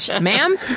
Ma'am